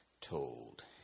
told